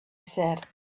said